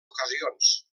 ocasions